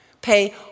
pay